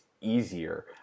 easier